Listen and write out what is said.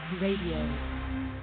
Radio